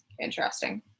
interesting